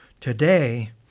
today